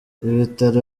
ibitaro